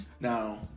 Now